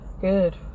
Good